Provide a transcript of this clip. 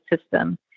system